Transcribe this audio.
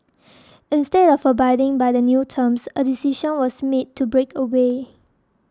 instead of abiding by the new terms a decision was made to break away